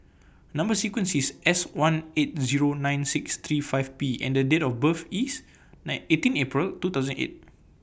Number sequence IS S one eight Zero nine six three five P and Date of birth IS nine eighteen April two thousand and eight